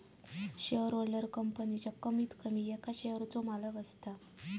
shareholder कंपनीच्या कमीत कमी एका शेयरचो मालक असता